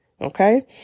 Okay